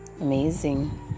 Amazing